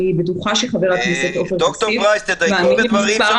אני בטוחה שחבר הכנסת עופר כסיף מאמין למספר